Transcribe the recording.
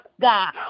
God